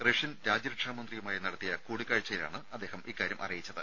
Russian രാജ്യരക്ഷാ മന്ത്രിയുമായി നടത്തിയ കൂടിക്കാഴ്ചയിലാണ് അദ്ദേഹം ഇക്കാര്യം അറിയിച്ചത്